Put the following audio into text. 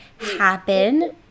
happen